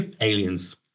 aliens